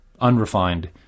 unrefined